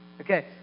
Okay